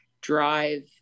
drive